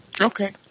Okay